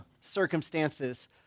circumstances